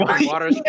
water